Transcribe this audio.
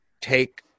take